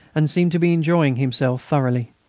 and seemed to be enjoying himself thoroughly.